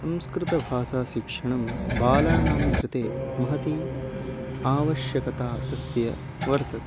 संस्कृतभाषाशिक्षणं बालानां कृते महती आवश्यकता तस्य वर्तते